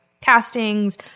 castings